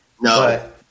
No